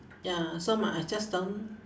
ya so m~ I just don't